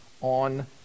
on